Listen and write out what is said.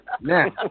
Now